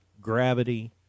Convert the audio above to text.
gravity